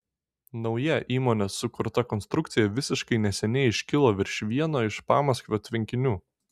nauja įmonės sukurta konstrukcija visiškai neseniai iškilo virš vieno iš pamaskvio tvenkinių